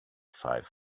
five